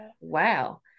Wow